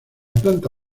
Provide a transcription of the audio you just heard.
planta